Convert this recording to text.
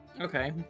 Okay